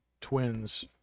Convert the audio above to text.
Twins